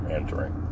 entering